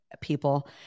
people